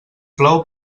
plou